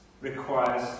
requires